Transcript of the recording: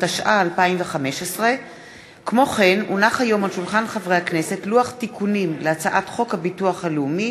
התשע"ה 2015. לוח תיקונים להצעת חוק הביטוח הלאומי